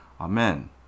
Amen